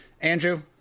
Andrew